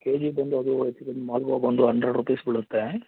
KG ಬಂದು ಅದು actually ಅದು ಮಾಲ್ಗೊವ ಬಂದು ಅಂಡ್ರೆಡ್ ರುಪೀಸ್ ಬೀಳುತ್ತೆ